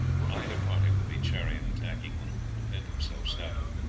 for either party would be chary in attacking one who can defend himself stoutly.